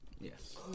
Yes